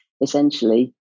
essentially